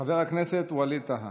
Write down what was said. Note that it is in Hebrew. חבר הכנסת ווליד טאהא,